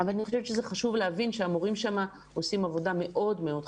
אבל אני חושבת שזה חשוב להבין שהמורים שם עושים עבודה מאוד מאוד חשובה.